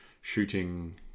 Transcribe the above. shooting